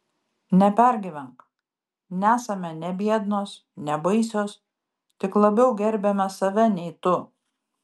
nepergyvenk nesame ne biednos ne baisios tik labiau gerbiame save nei tu